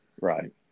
right